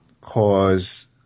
cause